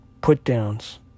put-downs